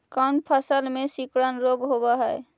कोन फ़सल में सिकुड़न रोग होब है?